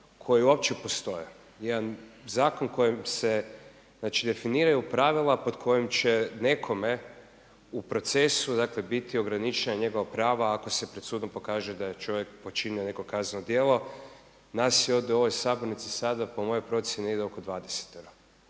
koji uopće postoje. Jedan zakon kojim se, znači definiraju pravila pod kojim će nekome u procesu dakle biti ograničena njegova prava ako se pred sudom pokaže da je čovjek počinio neko kazneno djelo. Nas je ovdje u ovoj sabornici sada po mojoj procjeni negdje oko 20 a